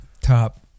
top